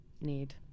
need